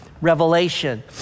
revelation